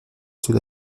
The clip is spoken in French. sous